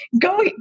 go